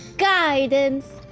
guidance!